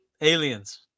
Aliens